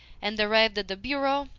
and, arrived at the bureau,